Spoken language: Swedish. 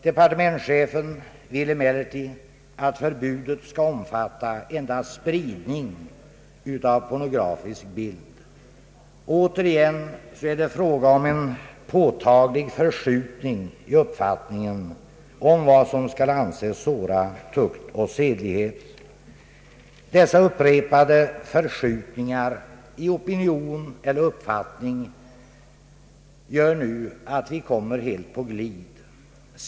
Departementschefen vill emellertid att förbudet skall omfatta endast spridning av pornografisk bild. Återigen är det fråga om en påtaglig förskjutning i uppfattningen om vad som skall anses såra tukt och sedlighet. Dessa upprepade förskjutningar i opinion eller uppfattning gör nu att vi kommer helt på glid.